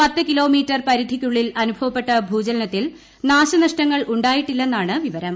പത്ത് കിലോമീറ്റർ പരിധിക്കുള്ളിൽ അനുഭവപ്പെട്ട ഭൂചലനത്തിൽ നാശനഷ്ടങ്ങൾ ഉണ്ടായിട്ടില്ലെന്നാണ് വിവരം